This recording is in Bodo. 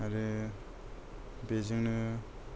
आरो बेजोंनो